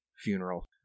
funeral